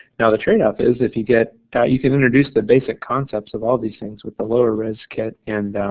now the trade off is if you get that you can introduce the basic concepts of all these things with the lower res kit, and